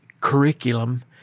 curriculum